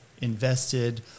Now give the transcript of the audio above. invested